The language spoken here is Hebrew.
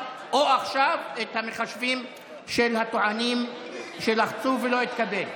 או עכשיו את המחשבים של הטוענים שלחצו ולא התקבל.